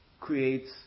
creates